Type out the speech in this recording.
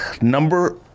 Number